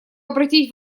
обратить